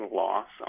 loss